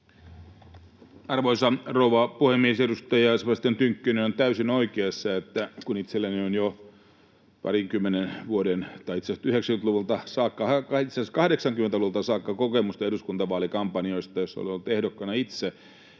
Arvoisa rouva puhemies! Edustaja Sebastian Tynkkynen on täysin oikeassa. Kun itselläni on jo parinkymmenen vuoden kokemus — itse asiassa 90-luvulta saakka tai itse asiassa 80-luvulta saakka — eduskuntavaalikampanjoista, joissa olen ollut ehdokkaana itse,